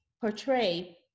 portray